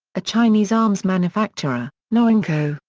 a chinese arms manufacturer, norinco,